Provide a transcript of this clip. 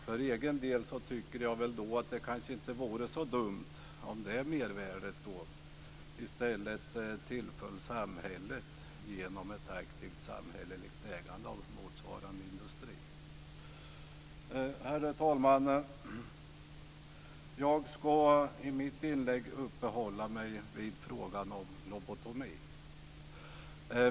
För egen del tycker jag att det kanske inte vore så dumt om det mervärdet i stället tillföll samhället genom ett aktivt samhälleligt ägande av motsvarande industri. Herr talman! I mitt inlägg ska jag uppehålla mig vid frågan om lobotomi.